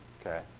Okay